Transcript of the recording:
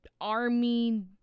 army